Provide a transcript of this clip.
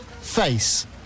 Face